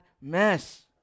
mess